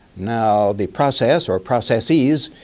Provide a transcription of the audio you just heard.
now the process or processes